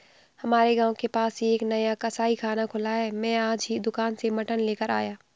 हमारे गांव के पास ही एक नया कसाईखाना खुला है मैं आज ही दुकान से मटन लेकर आया